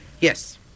Yes